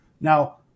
Now